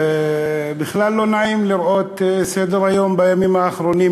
זה בכלל לא נעים לראות את סדר-היום בימים האחרונים,